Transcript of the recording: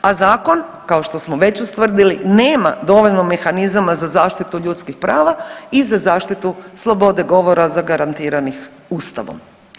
a zakon kao što smo već ustvrdili nema dovoljno mehanizama za zaštitu ljudskih prava i za zaštitu slobode govora zagarantiranih ustavom.